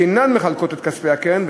שאינן מחלקות את כספי הקרן,